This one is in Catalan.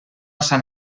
sant